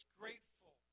grateful